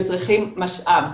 וצריכים משאב.